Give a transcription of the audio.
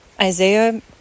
Isaiah